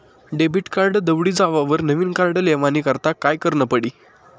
Debit card दवडी जावावर नविन कार्ड लेवानी करता काय करनं पडी?